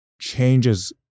changes